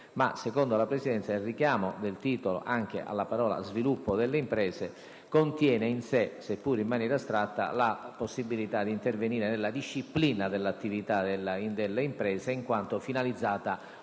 secondo la Presidenza, il richiamo nel titolo alle parole «sviluppo delle imprese» contiene in sé, seppure in maniera astratta, la possibilità di intervenire nella disciplina dell'attività delle imprese, in quanto finalizzata,